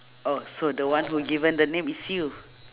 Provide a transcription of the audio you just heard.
oh so the one who given the name is you